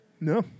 No